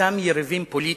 וסתם יריבים פוליטיים,